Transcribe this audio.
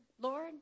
Lord